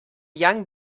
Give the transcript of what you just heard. young